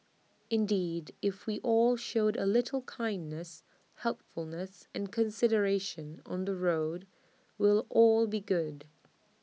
indeed if we all showed A little kindness helpfulness and consideration on the road we'll all be good